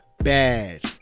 bad